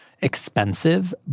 expensive